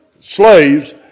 slaves